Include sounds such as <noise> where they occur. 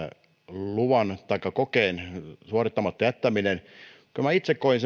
luvan taikka kokeen suorittamatta jättäminen kyllä minä itse koin <unintelligible>